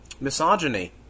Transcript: misogyny